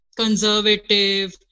conservative